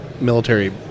military